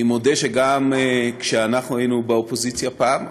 אני מודה שגם כשאנחנו היינו באופוזיציה פעם,